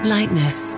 Lightness